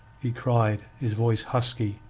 he cried, his voice husky.